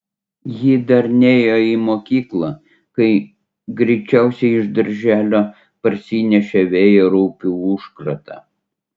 ji dar nėjo į mokyklą kai greičiausiai iš darželio parsinešė vėjaraupių užkratą